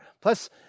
Plus